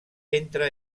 entre